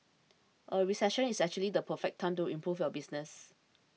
a recession is actually the perfect time to improve your business